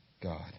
God